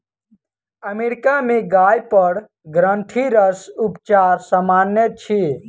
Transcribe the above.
America में गाय पर ग्रंथिरस उपचार सामन्य अछि